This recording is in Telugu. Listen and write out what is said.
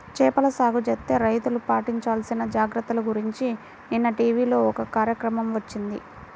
చేపల సాగు చేసే రైతులు పాటించాల్సిన జాగర్తల గురించి నిన్న టీవీలో ఒక కార్యక్రమం వచ్చింది